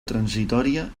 transitòria